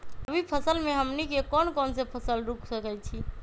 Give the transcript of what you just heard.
रबी फसल में हमनी के कौन कौन से फसल रूप सकैछि?